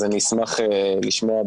אז אני אשמח לשמוע,